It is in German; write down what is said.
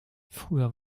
früher